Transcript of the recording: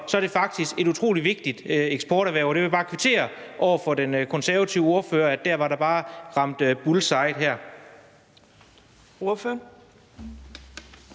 om, er det faktisk et utrolig vigtigt eksporterhverv. Og jeg vil bare kvittere over for den konservative ordfører for at have ramt bulls eye her.